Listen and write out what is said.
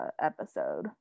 episode